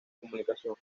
comunicación